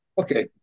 okay